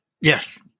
Yes